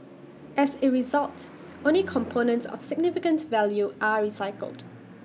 as A result only components of significant value are recycled